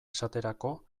esaterako